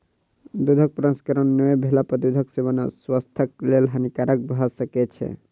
दूधक प्रसंस्करण नै भेला पर दूधक सेवन स्वास्थ्यक लेल हानिकारक भ सकै छै